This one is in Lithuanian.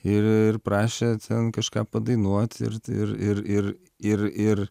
ir prašė ten kažką padainuot ir ir ir ir ir ir